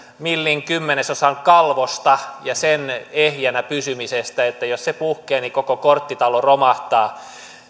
millin kymmenesosan kalvosta ja sen ehjänä pysymisestä jos se puhkeaa niin koko korttitalo romahtaa